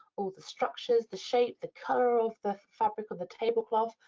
all the structures, the shape, the color of the fabric of the tablecloth,